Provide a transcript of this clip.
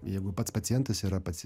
jeigu pats pacientas yra pats